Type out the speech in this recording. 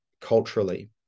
culturally